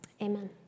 Amen